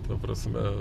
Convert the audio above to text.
ta prasme